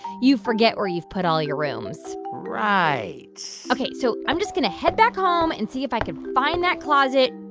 you forget where you've put all your rooms right ok. so i'm just going to head back home and see if i can find that closet.